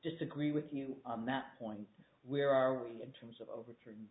disagree with you on that point where are we in terms of overturn